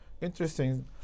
interesting